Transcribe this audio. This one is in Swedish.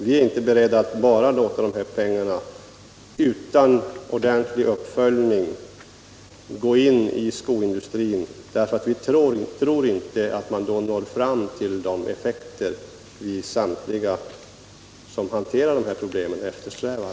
Vi är inte beredda att bara låta pengarna gå in i skoindustrin utan ordentlig uppföljning. Vi tror inte att man då når de effekter som samtliga instanser som hanterar dessa problem eftersträvar.